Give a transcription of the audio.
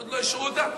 עוד לא השעו אותה?